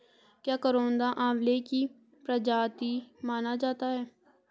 क्या करौंदा आंवले की प्रजाति माना जाता है?